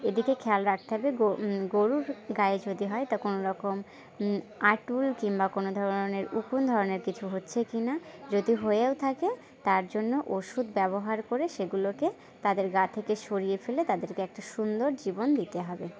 এদিকে খেয়াল রাখতে হবে গো গরুর গায়ে যদি হয় তা কোনো রকম আঁটুল কিংবা কোনো ধরনের উকুন ধরনের কিছু হচ্ছে কি না যদি হয়েও থাকে তার জন্য ওষুধ ব্যবহার করে সেগুলোকে তাদের গা থেকে সরিয়ে ফেলে তাদেরকে একটা সুন্দর জীবন দিতে হবে